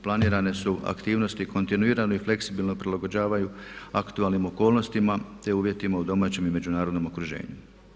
Planirane su aktivnosti, kontinuirano i fleksibilno prilagođavaju aktualnim okolnostima te uvjetima u domaćem i međunarodnom okruženju.